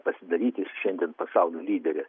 pasidaryti šiandien pasaulio lydere